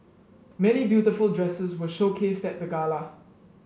many beautiful dresses were showcased at the gala